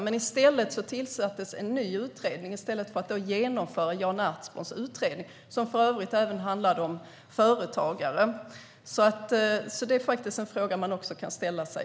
Men i stället för att genomföra Jan Ertsborns förslag, som för övrigt även handlade om företagare, tillsatte ni en ny utredning.